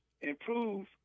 improve